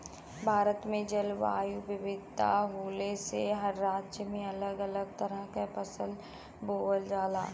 भारत में जलवायु विविधता होले से हर राज्य में अलग अलग तरह के फसल बोवल जाला